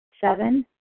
Seven